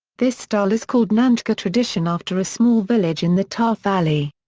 this style is called nantgarw tradition after a small village in the taff valley.